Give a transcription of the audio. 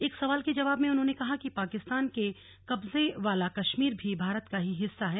एक सवाल के जवाब में उन्होंने कहा कि पाकिस्तान के कब्जे वाला कश्मीर भी भारत का ही हिस्सा है